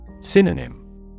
Synonym